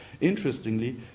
Interestingly